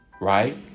right